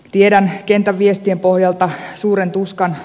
tiedän kentän viestien pohjalta suuren tuskan